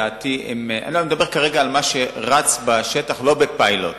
אני מדבר כרגע על מה שרץ בשטח, לא בפיילוט.